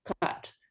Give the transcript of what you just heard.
cut